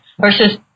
versus